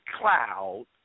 cloud